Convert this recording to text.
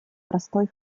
простой